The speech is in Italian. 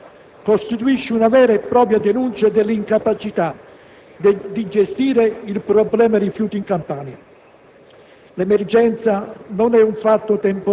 Il decreto-legge ora all'esame costituisce una vera e propria denuncia dell'incapacità di gestire il problema rifiuti in Campania.